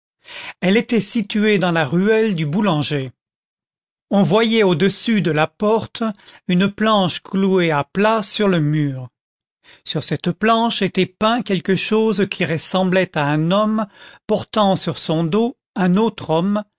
elle était située dans la ruelle du boulanger on voyait au-dessus de la porte une planche clouée à plat sur le mur sur cette planche était peint quelque chose qui ressemblait à un homme portant sur son dos un autre homme